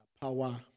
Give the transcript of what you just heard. power